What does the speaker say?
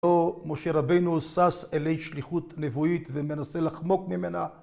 משה רבינו סס אלי שליחות נבואית ומנסה לחמוק ממנה